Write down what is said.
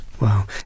Wow